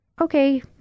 okay